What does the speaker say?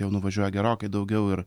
jau nuvažiuoja gerokai daugiau ir